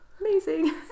Amazing